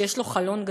שיש לו חלון גדול,